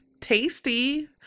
tasty